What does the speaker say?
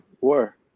war